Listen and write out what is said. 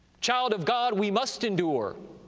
child of god, we must endure,